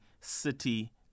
City